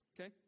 okay